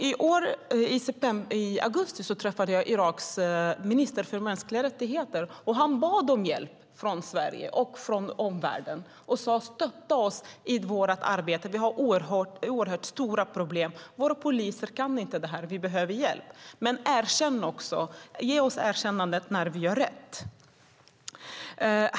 I augusti i år träffade jag Iraks minister för mänskliga rättigheter. Han bad om hjälp från Sverige och från omvärlden. Han sade: Stötta oss i vårt arbete! Vi har oerhört stora problem. Våra poliser kan inte det här. Vi behöver hjälp. Men ge oss också erkännande när vi gör rätt!